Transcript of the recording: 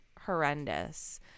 horrendous